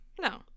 No